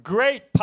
Great